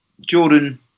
Jordan